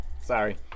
Sorry